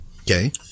okay